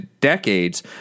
decades